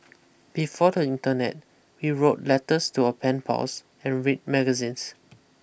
before the internet we wrote letters to our pen pals and read magazines